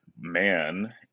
man